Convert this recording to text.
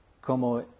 como